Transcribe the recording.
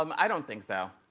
um i don't think so.